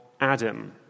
Adam